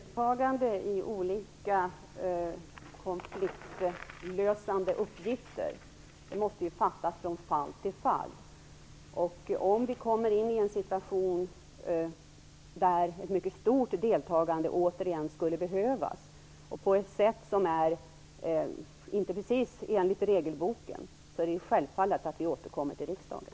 Herr talman! Beslut om deltagande i olika konfliktlösande uppgifter måste ju fattas från fall till fall. Om vi kommer in i en situation där ett mycket stort deltagande återigen skulle behövas, och på ett sätt som inte precis är enligt regelboken, är det självfallet att vi återkommer till riksdagen.